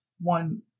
one